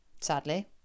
Sadly